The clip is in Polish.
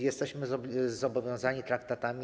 Jesteśmy zobowiązani traktatami.